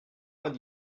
vingt